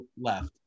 left